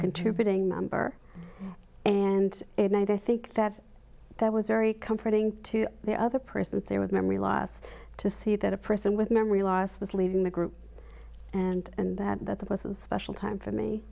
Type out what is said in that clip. contributing member and it made i think that that was very comforting to the other person there with memory loss to see that a person with memory loss was leaving the group and and that it was a special time for me